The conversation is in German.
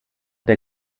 der